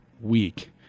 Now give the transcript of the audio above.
week